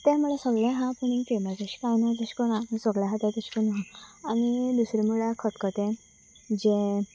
तें म्हळ्यार सगलें आसा पूण फेमस अशें कांय ना तशें करून सगलें आसा तशें करून आसा आनी दुसरें म्हळ्यार खतखतें जें